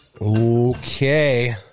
Okay